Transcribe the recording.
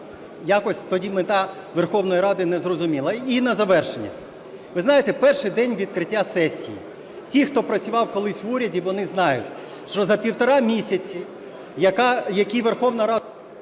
якось мета Верховної Ради незрозуміла. І на завершення. Ви знаєте, перший день відкриття сесії, ті, хто працював колись в уряді, вони знають, що за півтора місяці, які Верховна Рада…